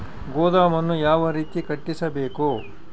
ಗೋದಾಮನ್ನು ಯಾವ ರೇತಿ ಕಟ್ಟಿಸಬೇಕು?